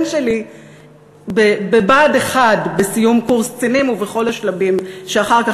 שלי בבה"ד 1 בסיום קורס קצינים ובכל השלבים שאחר כך.